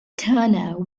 turner